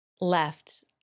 left